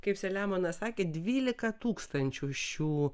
kaip saliamonas sakė dvylika tūkstančių šių